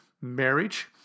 marriage